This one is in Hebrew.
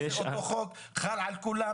החוק הוא אותו חוק, חל על כולם.